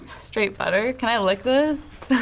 straight butter? can i lick this?